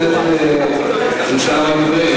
חבר הכנסת עיסאווי פריג' מסיעת מרצ,